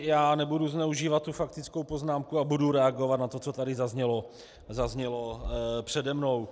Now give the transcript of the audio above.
Já nebudu zneužívat tu faktickou poznámku a budu reagovat na to, co tady zaznělo přede mnou.